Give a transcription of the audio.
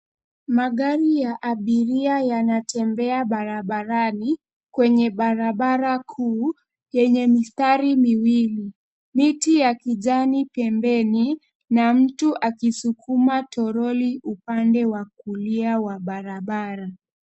Magari ya abiria yanatembea barabarani, kwenye barabara kuu, yenye mistari miwili. Miti ya kijani pembeni, na mtu akisukuma toroli upande wa kulia wa barabara.